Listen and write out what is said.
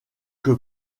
que